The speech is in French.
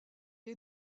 est